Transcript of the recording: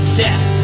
death